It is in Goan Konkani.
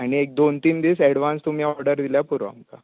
आनी एक दोन तीन दीस तुमी ओडर दिल्यार पूरो